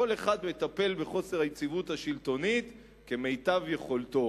כל אחד מטפל בחוסר היציבות השלטונית כמיטב יכולתו.